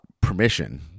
permission